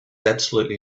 absolutely